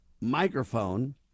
microphone